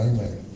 Amen